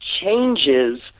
changes